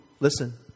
Listen